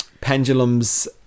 Pendulum's